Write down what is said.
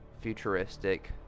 Futuristic